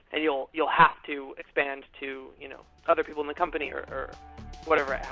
and you'll you'll have to expand to you know other people in the company, or whatever